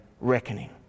reckoning